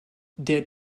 der